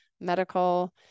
medical